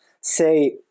say